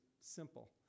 simple